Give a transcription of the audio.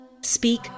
Speak